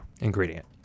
ingredient